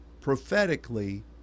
prophetically